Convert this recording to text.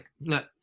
look